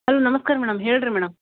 hello ನಮಸ್ಕಾರ madam ಹೇಳ್ರಿ madam